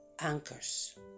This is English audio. anchors